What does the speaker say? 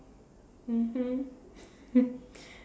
mmhmm